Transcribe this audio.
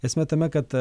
esmė tame kad